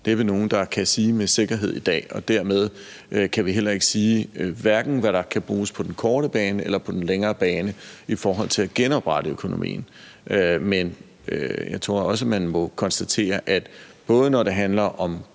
der næppe nogen, der kan sige med sikkerhed i dag. Dermed kan vi heller ikke sige, hverken hvad der kan bruges på den korte bane eller på den længere bane i forhold til at genoprette økonomien. Men jeg tror også, man må konstatere, at både når det handler om